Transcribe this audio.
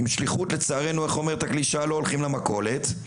עם שליחות לצערנו לא הולכים למכולת.